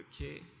Okay